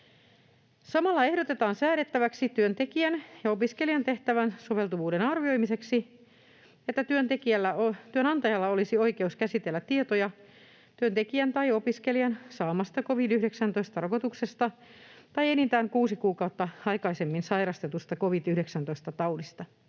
Samalla ehdotetaan säädettäväksi työntekijän ja opiskelijan tehtävään soveltuvuuden arvioimiseksi, että työnantajalla olisi oikeus käsitellä tietoja työntekijän tai opiskelijan saamasta covid-19-rokotuksesta tai enintään kuusi kuukautta aikaisemmin sairastetusta covid-19-taudista.